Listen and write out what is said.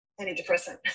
antidepressant